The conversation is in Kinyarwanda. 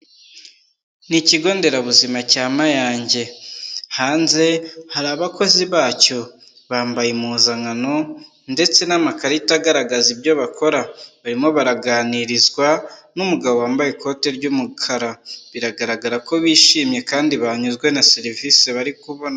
Ni ikigonderabuzima cya Mayange, hanze hari abakozi bacyo bambaye impuzankano ndetse n'amakarita agaragaza ibyo bakora, barimo baraganirizwa n'umugabo wambaye ikoti ry'umukara, biragaragara ko bishimye kandi banyuzwe na serivisi bari kubona.